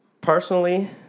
Personally